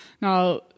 now